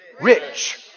rich